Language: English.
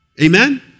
Amen